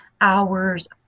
hours